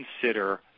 consider